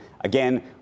Again